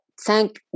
thank